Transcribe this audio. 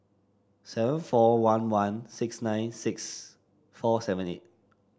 seven four one one six nine six four seven eight